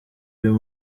uyu